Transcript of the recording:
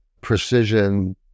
precision